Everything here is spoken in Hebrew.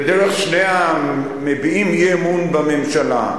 ודרך שני המביעים אי-אמון בממשלה.